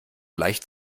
leicht